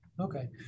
Okay